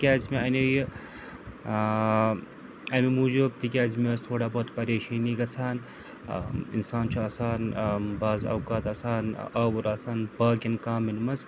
تِکیٛازِ مےٚ اَنیٛو یہِ ٲں اَمہِ موٗجوٗب تِکیٛازِ مےٚ ٲس تھوڑا بہت پریشٲنی گژھان ٲں اِنسان چھُ آسان ٲں بعض اوقات آسان آوُر آسان باقیَن کامیٚن منٛز